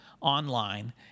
online